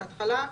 בהתחלה.